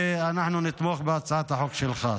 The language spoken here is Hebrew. ואנחנו נתמוך בהצעת החוק שלך.